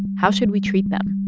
how should we treat them?